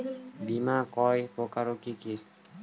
বীমা কয় প্রকার কি কি?